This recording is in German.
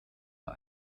war